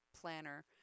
planner